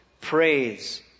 praise